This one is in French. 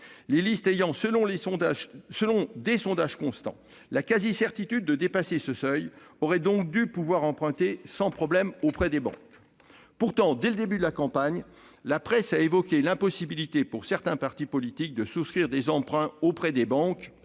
Les listes ayant, selon des sondages constants, la quasi-certitude de dépasser ce seuil auraient donc dû pouvoir emprunter sans problème auprès des banques. Pourtant, dès le début de la campagne, la presse a évoqué l'impossibilité pour certains partis politiques de souscrire des emprunts auprès des banques.